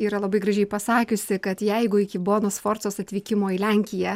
yra labai gražiai pasakiusi kad jeigu iki bonos sforcos atvykimo į lenkiją